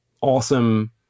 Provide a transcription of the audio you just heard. awesome